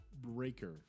Breaker